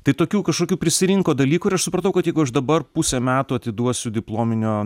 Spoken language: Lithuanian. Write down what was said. tai tokių kažkokų prisirinko dalykų ir aš supratau kad jeigu aš dabar pusę metų atiduosiu diplominio